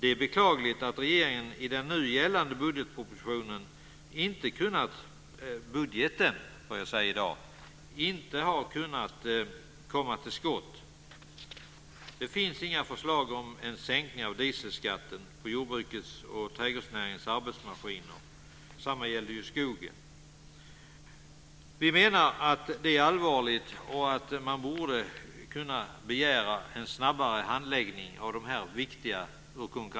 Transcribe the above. Det är beklagligt att regeringen i den nu gällande budgeten inte har kunnat komma till skott. Det finns inga förslag om en sänkning av dieselskatten på jordbrukets och trädgårdsnäringens arbetsmaskiner. Detsamma gäller inom skogsområdet.